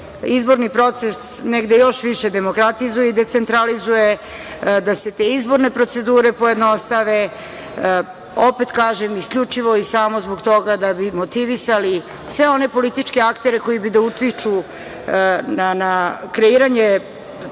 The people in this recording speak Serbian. izborni proces negde još više demokratizuje i decentralizuje, da se te izborne procedure pojednostave, opet kažem, isključivo i samo zbog toga da bi motivisali sve one političke aktere koji bi da utiču na kreiranje